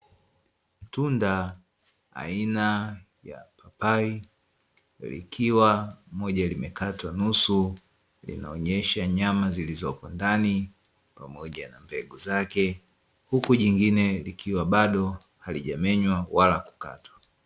Tunda aina ya papai, likiwa moja limekatwa nusu linaonyesha nyama zilizopo ndani pamoja na mbegu zake, huku jingine likiwa bado halijamenywa wala kukatwa.